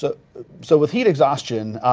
so so with heat exhaustion,